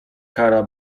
kara